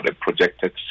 projected